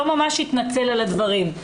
לא ממש התנצל על הדברים.